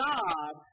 God